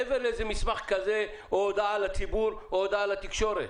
מעבר למסמך כזה או הודעה לציבור או הודעה לתקשורת.